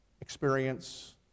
experience